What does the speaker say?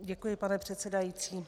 Děkuji, pane předsedající.